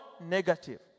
negative